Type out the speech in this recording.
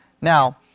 Now